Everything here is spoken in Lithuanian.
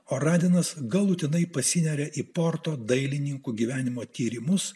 o radinas galutinai pasineria į porto dailininkų gyvenimo tyrimus